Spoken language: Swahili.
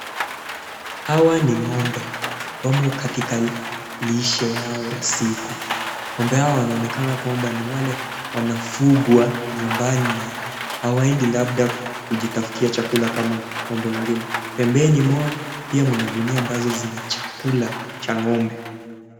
Hawa ni ng'ombe, wamo katika lishe yao ya siku. Ng'ombe hawa wanaonekana kwamba ni wale wanafugwa nyumbani na hawaendi labda kujitafutia chakula kama ng'ombe wengine. Pembeni mwao, pia mna gunia ambazo zina chakula cha ng'ombe.